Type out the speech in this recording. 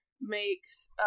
makes